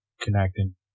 connecting